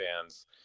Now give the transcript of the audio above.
fans